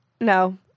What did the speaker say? no